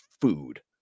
food